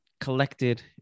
collected